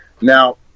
Now